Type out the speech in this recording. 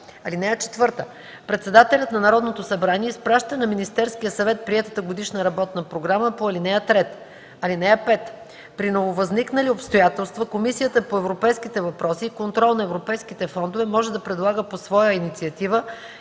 събрание. (4) Председателят на Народното събрание изпраща на Министерския съвет приетата годишна работна програма по ал. 3. (5) При нововъзникнали обстоятелства Комисията по европейските въпроси и контрол на европейските фондове може да предлага по своя инициатива